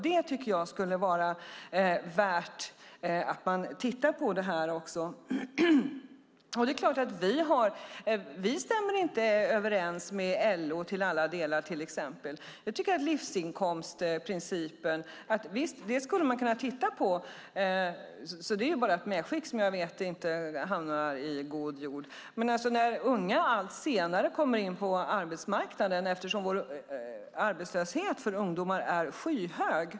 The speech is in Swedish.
Det tycker jag skulle vara värt att titta på. Vi stämmer inte överens med LO till alla delar, till exempel. Jag tycker att man skulle kunna titta på livsinkomstprincipen. Det är bara ett medskick, som jag vet inte hamnar i god jord. Men unga kommer in på arbetsmarknaden allt senare, eftersom arbetslösheten för ungdomar är skyhög.